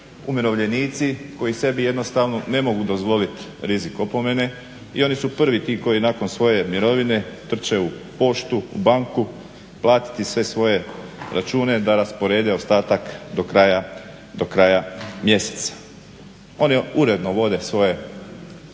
umirovljenici koji sebi jednostavno ne mogu dozvolit rizik opomene i oni su prvi ti koji nakon svoje mirovine trče u poštu, u banku platiti sve svoje račune da rasporede ostatak do kraja mjeseca. Oni uredno svoje. Kažem